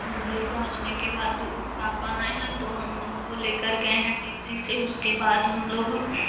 मुम्बई पहुँचने के बाद पापा आए हैं तो हम लोग को लेकर गए हैं टैक्सी से उसके बाद हम लोग